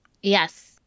Yes